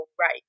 right